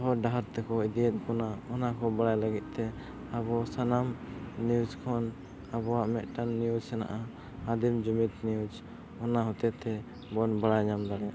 ᱦᱚᱨᱼᱰᱟᱦᱟᱨ ᱛᱮᱠᱚ ᱤᱫᱤᱭᱮᱫ ᱵᱚᱱᱟ ᱚᱱᱟᱠᱚ ᱵᱟᱲᱟᱭ ᱞᱟᱹᱜᱤᱫᱛᱮ ᱟᱵᱚ ᱥᱟᱱᱟᱢ ᱠᱷᱚᱱ ᱟᱵᱚᱣᱟᱜ ᱢᱤᱫᱴᱟᱝ ᱦᱮᱱᱟᱜᱼᱟ ᱟᱫᱤᱢ ᱡᱩᱢᱤᱫ ᱱᱤᱭᱩᱡᱽ ᱚᱱᱟ ᱦᱚᱛᱮᱛᱮ ᱵᱚᱱ ᱵᱟᱲᱟᱭ ᱧᱟᱢ ᱫᱟᱲᱮᱭᱟᱜᱼᱟ